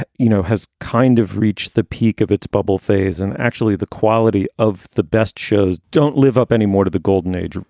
you know, has kind of reached the peak of its bubble phase and actually the quality of the best shows don't live up anymore to the golden age?